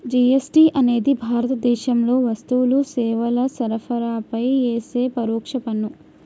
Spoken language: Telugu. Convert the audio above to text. జీ.ఎస్.టి అనేది భారతదేశంలో వస్తువులు, సేవల సరఫరాపై యేసే పరోక్ష పన్ను